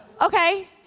Okay